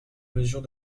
mesure